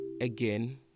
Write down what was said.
again